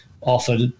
offered